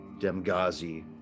Demgazi